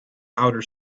outer